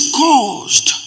caused